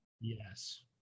Yes